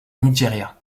nigeria